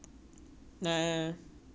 gets to a point where it's annoying